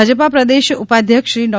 ભાજપા પ્રદેશ ઉપાધ્યક્ષશ્રી ડૉ